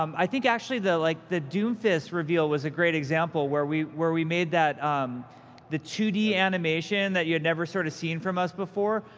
um i think, actually, the like the doomfist reveal was a great example, where we where we made um the two d animation that had never sort of seen from us before.